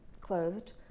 clothed